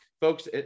folks